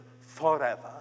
forever